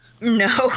No